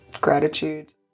gratitude